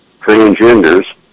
transgenders